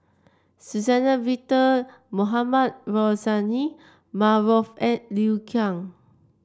Suzann Victor Mohamed Rozani Maarof and Liu Kang